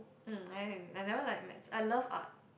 um I am I never like maths I love art